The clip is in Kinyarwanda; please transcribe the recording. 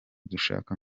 dushaka